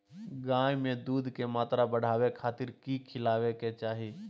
गाय में दूध के मात्रा बढ़ावे खातिर कि खिलावे के चाही?